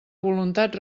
voluntat